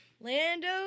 Lando